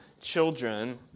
children